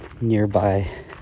nearby